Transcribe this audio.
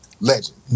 legend